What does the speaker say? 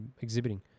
exhibiting